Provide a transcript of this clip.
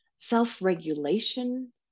self-regulation